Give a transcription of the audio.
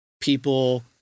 people